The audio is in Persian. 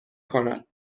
کند